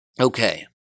Okay